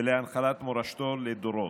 ולהנחלת מורשתו לדורות.